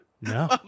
No